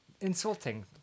Insulting